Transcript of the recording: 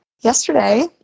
Yesterday